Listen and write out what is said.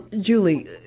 Julie